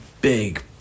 big